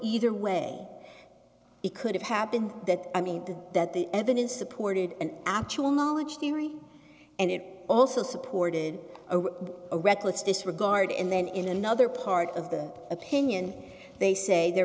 either way it could have happened that i mean that the evidence supported an actual knowledge theory and it also supported a reckless disregard and then in another part of the opinion they say there